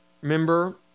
remember